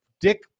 dick